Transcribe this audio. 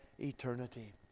eternity